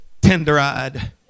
tender-eyed